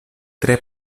tre